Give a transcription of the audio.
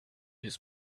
his